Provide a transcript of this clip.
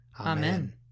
Amen